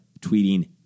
tweeting